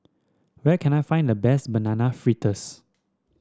where can I find the best Banana Fritters